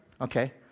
Okay